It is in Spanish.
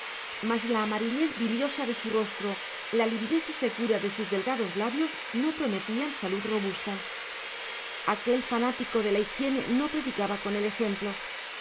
mas la amarillez biliosa de su rostro la lividez y secura de sus delgados labios no prometían salud robusta aquel fanático de la higiene no predicaba con el ejemplo